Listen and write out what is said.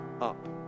up